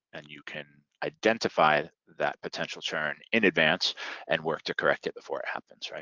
and you can identify that potential churn in advance and work to correct it before it happens.